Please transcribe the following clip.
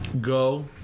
go